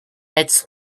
its